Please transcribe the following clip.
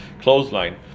clothesline